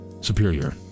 Superior